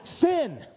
sin